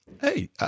hey